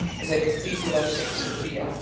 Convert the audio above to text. in the cathedral of st. sophia,